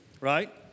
right